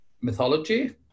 Mythology